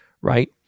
right